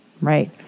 Right